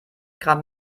gramm